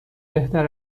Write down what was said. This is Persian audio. بهتر